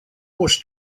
was